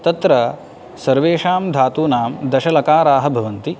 तत्र सर्वेषां धातूनां दशलकाराः भवन्ति